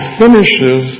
finishes